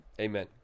Amen